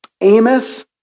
Amos